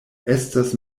estas